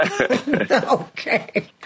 Okay